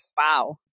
Wow